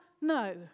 No